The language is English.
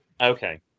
Okay